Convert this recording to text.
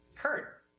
kurt!